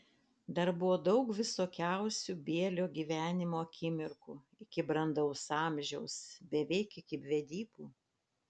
dar buvo daug visokiausių bielio gyvenimo akimirkų iki brandaus amžiaus beveik iki vedybų